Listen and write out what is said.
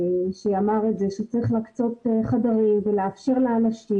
שאמר שצריך להקצות חדרים ולאפשר לאנשים